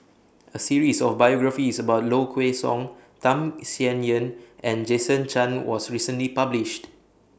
A series of biographies about Low Kway Song Tham Sien Yen and Jason Chan was recently published